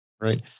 Right